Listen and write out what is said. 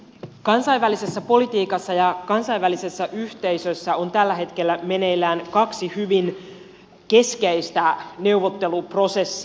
kansainvälisessä politiikassa ja kansainvälisessä yhteisössä on tällä hetkellä meneillään kaksi hyvin keskeistä neuvotteluprosessia